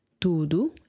tudo